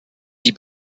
die